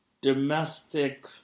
domestic